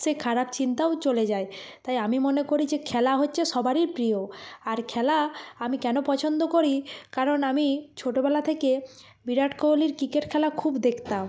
সে খারাপ চিন্তাও চলে যায় তাই আমি মনে করি যে খেলা হচ্ছে সবারই প্রিয় আর খেলা আমি কেন পছন্দ করি কারণ আমি ছোটোবেলা থেকে বিরাট কোহলির ক্রিকেট খেলা খুব দেখতাম